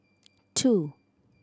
two